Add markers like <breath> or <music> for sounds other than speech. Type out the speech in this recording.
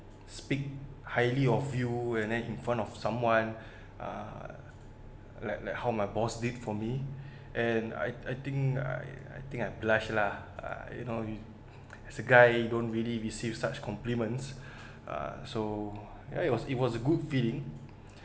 speak highly of you and then in front of someone <breath> uh like like how my boss did for me <breath> and I I think I I think I blush lah uh you know as a guy don't really receive such compliments <breath> uh so ya it was it was a good feeling